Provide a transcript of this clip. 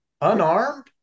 unarmed